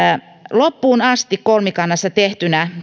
loppuun asti kolmikannassa tehtynä